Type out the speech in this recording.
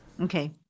Okay